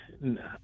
No